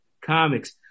comics